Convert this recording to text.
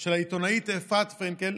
של העיתונאית אפרת פינקל,